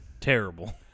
Terrible